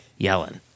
Yellen